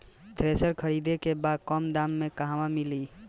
Thresher खरीदे के बा कम दाम में कहवा मिली?